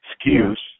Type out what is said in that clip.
excuse